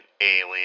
alien